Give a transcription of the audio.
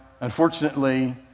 unfortunately